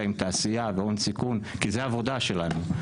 עם תעשייה והון סיכון כי זה העבודה שלנו,